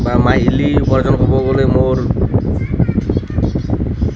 বা মাহিলী উপাৰ্জন ক'ব গ'লে মোৰ